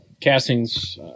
castings